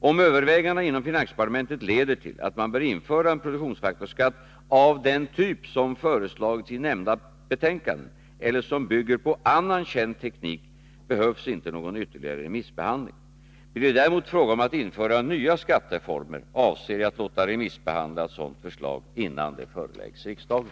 Om överväganden inom finansdepartementet leder till att man bör införa en produktionsfaktorsskatt som är av den typ som föreslagits i nämnda betänkanden eller som bygger på annan känd teknik behövs inte någon ytterligare remissbehandling. Blir det däremot fråga om att införa nya skatteformer avser jag att låta remissbehandla ett sådant förslag, innan det föreläggs riksdagen.